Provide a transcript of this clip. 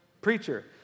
Preacher